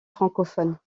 francophones